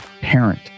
parent